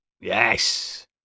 Yes